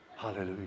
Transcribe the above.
hallelujah